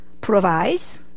provides